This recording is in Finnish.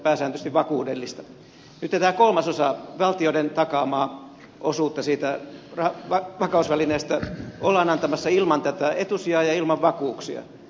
nyt tätä kolmasosaa valtioiden takaamaa osuutta siitä vakausvälineestä ollaan antamassa ilman tätä etusijaa ja ilman vakuuksia